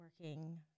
working